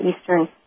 Eastern